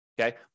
Okay